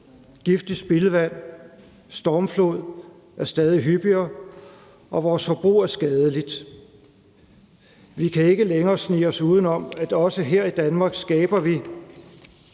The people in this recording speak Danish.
giftigt spildevand, stormflod er stadig hyppigere, og vores forbrug er skadeligt. Vi kan ikke længere snige os uden om, at vi også her i Danmark skaber